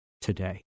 today